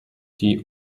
die